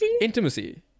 intimacy